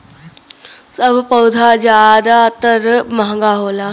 सब पउधा जादातर महंगा होला